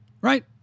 right